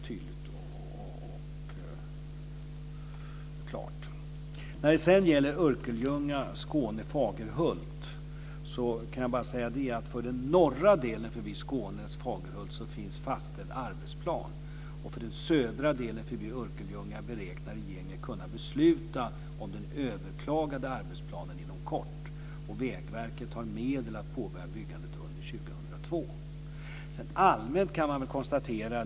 När det gäller vägsträckan förbi Örkelljunga och Skånes Fagerhult kan jag bara säga att för den norra delen förbi Skånes Fagerhult finns det en fastställd arbetsplan. Beträffande den södra delen förbi Örkelljunga räknar regeringen med att inom kort kunna besluta om den överklagade arbetsplanen. Vägverket har medel för att påbörja byggandet under år 2002.